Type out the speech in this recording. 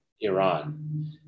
Iran